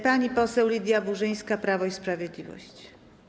Pani poseł Lidia Burzyńska, Prawo i Sprawiedliwość.